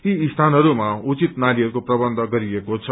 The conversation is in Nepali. यी स्थानहरूमा उचित नालीहरूको प्रन्थ गरिएको छ